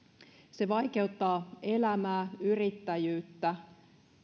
se vaikeuttaa elämää yrittäjyyttä